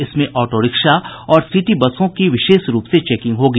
इसमें auto rickshaw और city बसों की विशेष रूप से चेकिंग होगी